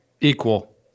Equal